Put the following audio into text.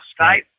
Skype